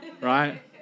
right